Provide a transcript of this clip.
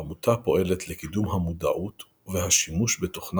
העמותה פועלת לקידום המודעות והשימוש בתוכנה